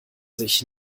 sich